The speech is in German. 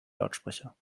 lautsprecher